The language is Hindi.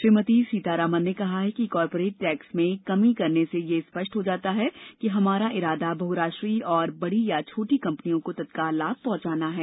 श्रीमती सीतारामन ने कहा कि कॉरपोरेट टैक्स में कमी करने से यह स्पष्ट हो जाता है कि हमारा इरादा बहराष्ट्रीय और बड़ी या छोटी कंपनियों को तत्काल लाभ पहुंचाना है